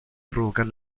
provocar